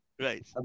Right